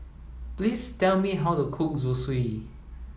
please tell me how to cook Zosui